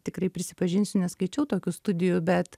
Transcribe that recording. tikrai prisipažinsiu neskaičiau tokių studijų bet